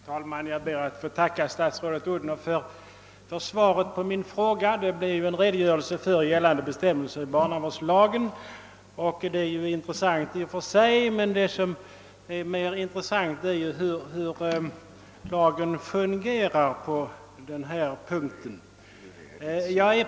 Herr talman! Jag ber att få tacka statsrådet Odhnoff för svaret på min fråga. Det blev en redogörelse för gällande bestämmelser i barnavårdslagen. Detta är intressant i och för sig, men vad som är mera intressant är att veta hur lagen på den här punkten fungerar i praktiken.